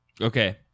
Okay